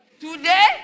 Today